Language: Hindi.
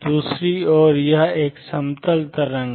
दूसरी ओर यह एक समतल तरंग है